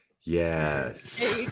Yes